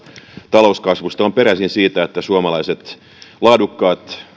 talouskasvusta on peräisin siitä että suomalaiset laadukkaat